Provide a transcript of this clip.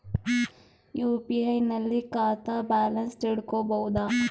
UPI ನಲ್ಲಿ ಖಾತಾ balance ತಿಳಕೊ ಬಹುದಾ?